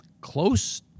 close